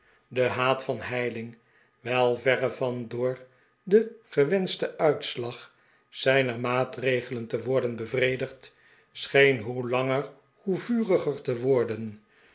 de haat van heyling wel verre van door den gewensehten uitslag zijner maatregelen te worden bevredigd scheen hoe langer hoe vuriger te worden